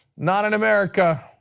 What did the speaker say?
not in america.